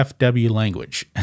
language